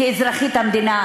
כאזרחית המדינה,